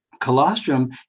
colostrum